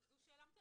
זו שאלה מצוינת.